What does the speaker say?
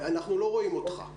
אנחנו לא רואים אותך.